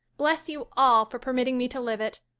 bless you all for permitting me to live it.